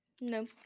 no